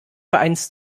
vereins